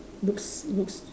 looks looks